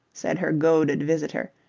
said her goaded visitor,